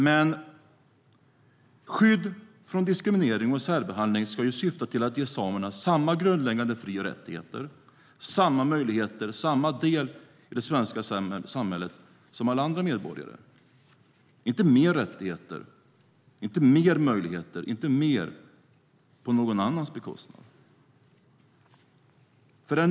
Men skydd från diskriminering och särbehandling ska syfta till att ge samerna samma grundläggande fri och rättigheter, samma möjligheter, samma del i det svenska samhället som alla andra medborgare, inte mer rättigheter och inte mer möjligheter på någon annans bekostnad.